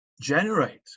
generate